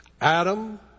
Adam